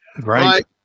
Right